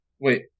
Wait